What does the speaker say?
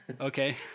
Okay